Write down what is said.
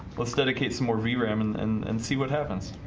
let's dedicate some more vram and and and see what happens